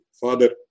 father